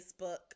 Facebook